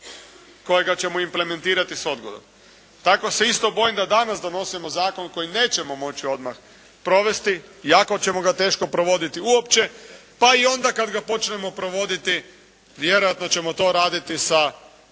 kojega ćemo implementirati s odgodom. Tako se isto bojim da danas donosimo zakon koji nećemo moći odmah provesti, iako ćemo ga teško provoditi uopće, pa i onda kada ga počnemo provoditi vjerojatno ćemo to raditi sa